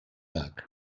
lag